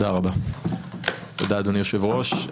תודה, אדוני היושב-ראש.